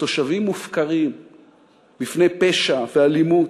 התושבים מופקרים בפני פשע ואלימות,